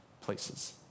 places